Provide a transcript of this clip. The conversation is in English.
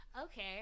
Okay